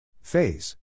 Phase